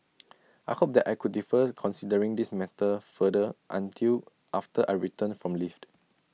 I hoped that I could defers considering this matter further until after I return from leaved